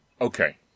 Okay